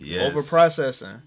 Over-processing